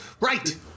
Right